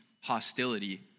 hostility